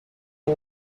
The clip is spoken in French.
les